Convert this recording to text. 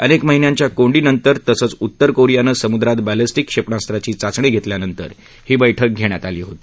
अनेक महिन्यांच्या कोंडीनंतर तसंच उत्तर कोरियानं समुद्रात बॅलेस्टिक क्षेपणास्त्राची चाचणी घेतल्यानंतर ही बैठक घेण्यात आली होती